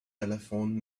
telephoned